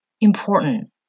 important